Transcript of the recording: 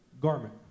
garment